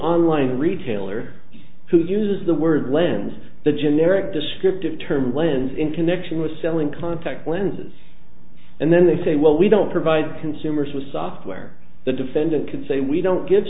online retailer who uses the word lens the generic descriptive term lens in connection with selling contact lenses and then they say well we don't provide consumers with software the defendant can say we don't give